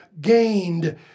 gained